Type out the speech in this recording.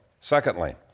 Secondly